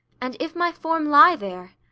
and if my form lie there,